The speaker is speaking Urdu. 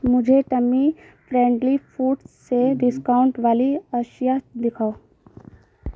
مجھے ٹمی فرینڈلی فوڈز سے ڈسکاؤنٹ والی اشیا دکھاؤ